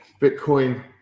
Bitcoin